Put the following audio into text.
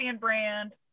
brand